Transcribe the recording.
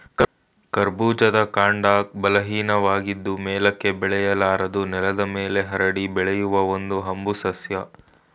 ಕರ್ಬೂಜದ ಕಾಂಡ ಬಲಹೀನವಾಗಿದ್ದು ಮೇಲಕ್ಕೆ ಬೆಳೆಯಲಾರದು ನೆಲದ ಮೇಲೆ ಹರಡಿ ಬೆಳೆಯುವ ಒಂದು ಹಂಬು ಸಸ್ಯ